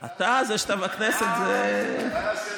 אתה, זה שאתה בכנסת זה חידוש.